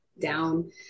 down